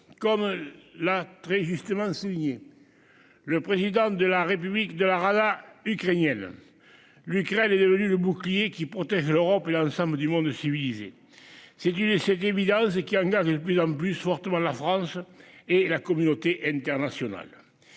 Comme l'a très justement souligné. Le président de la République de la Rala ukrainienne. L'Ukraine est devenue le bouclier qui protège l'Europe et l'ensemble du monde civilisé c'est une c'est évidence et qu'il y en a de plus en plus fortement la France et la communauté internationale.